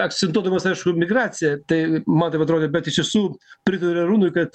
akcentuodamas aišku migraciją tai man taip atrodė bet iš tiesų pritariu arūnui kad